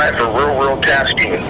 for real world tasking.